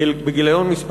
בגיליון מס'